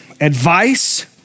advice